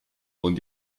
und